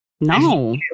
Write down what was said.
No